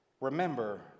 Remember